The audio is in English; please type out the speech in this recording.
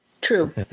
True